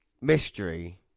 mystery